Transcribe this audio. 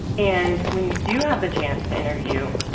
and when you do have the chance to interview,